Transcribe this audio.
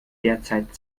derzeit